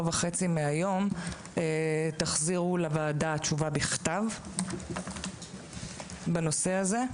וחצי מהיום תחזירו לוועדה תשובה בכתב בנושא הזה.